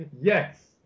Yes